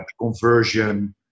conversion